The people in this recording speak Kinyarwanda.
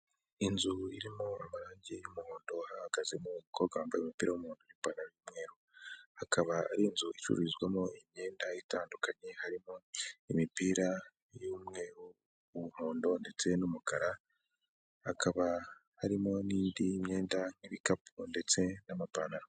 Inzu irimo amarangi y'umuhondo hahagazemo umukobwa wambaye umupira w'umunpanra n'ipantaro y'umweru. Haka hari inzu icururizwamo imyenda itandukanye harimo imipira y'umweru, umuhondo ndetse n'umukara. Hakaba harimo n'indi myenda nk'ibikapu ndetse n'amapantaro.